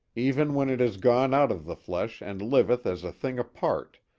even when it is gone out of the flesh and liveth as a thing apart,